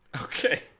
Okay